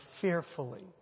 fearfully